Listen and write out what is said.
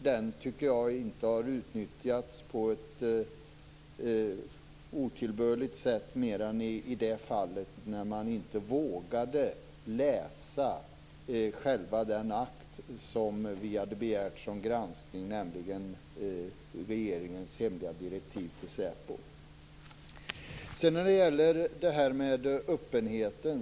Jag tycker inte att detta har utnyttjats på ett otillbörligt sätt mer än i det fallet när man inte vågade läsa den akt som vi hade begärt vid granskningen, nämligen regeringens hemliga direktiv till säpo.